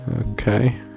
Okay